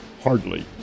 Hardly